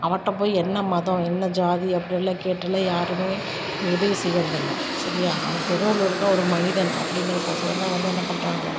அவன்கிட்ட போய் என்ன மதம் என்ன ஜாதி அப்படி எல்லாம் கேட்டாலே யாருமே உதவி செய்யறதில்லை சரியாக அவன் தெருவில் இருக்க ஒரு மனிதன் அப்படிங்கிறக்கு ஒசரம் தான் வந்து என்ன பண்ணுறாங்க